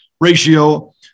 ratio